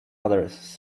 others